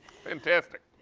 fantastic.